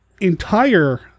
entire